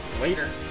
Later